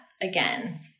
again